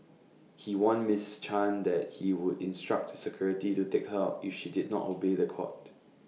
he warned Mrs chan that he would instruct security to take her out if she did not obey The Court